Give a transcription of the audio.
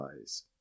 eyes